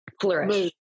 flourish